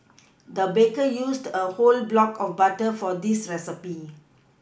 the baker used a whole block of butter for this recipe